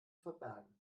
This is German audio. verbergen